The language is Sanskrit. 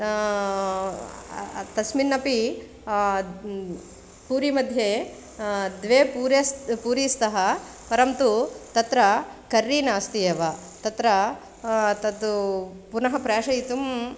तस्मिन्नपि पूरिमध्ये द्वे पूरेस् पुरी स्तः परं तु तत्र कर्रि नास्ति एव तत्र तत् पुनः प्रेषयितुं